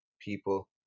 people